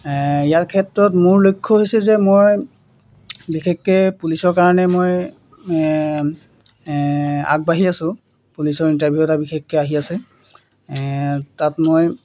ইয়াৰ ক্ষেত্ৰত মোৰ লক্ষ্য হৈছে যে মই বিশেষকৈ পুলিচৰ কাৰণে মই আগবাঢ়ি আছোঁ পুলিচৰ ইণ্টাৰভিউ এটা বিশেষকৈ আহি আছে তাত মই